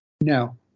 no